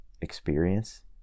experience